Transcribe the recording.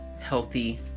healthy